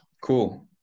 cool